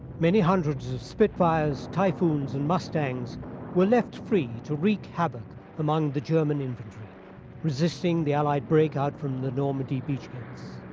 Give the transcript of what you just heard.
many hundreds of spitfires, typhoons, and mustangs were left free to wreak havoc among the german infantry resisting the allied break out from the normandy beaches.